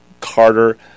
Carter